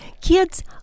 Kids